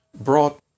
brought